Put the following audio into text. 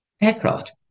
aircraft